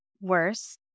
worse